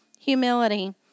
humility